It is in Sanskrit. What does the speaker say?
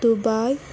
दुबै